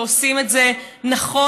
ועושים את זה נכון,